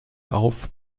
auf